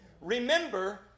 Remember